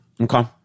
okay